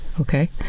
Okay